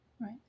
Right